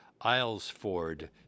Islesford